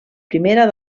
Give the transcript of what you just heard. primera